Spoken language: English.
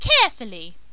carefully